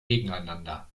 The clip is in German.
gegeneinander